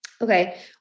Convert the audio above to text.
Okay